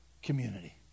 community